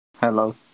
Hello